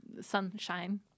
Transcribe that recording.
sunshine